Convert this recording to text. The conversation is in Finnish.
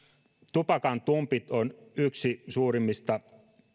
tupakantumpit ovat yksi suurimmista